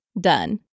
done